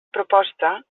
proposta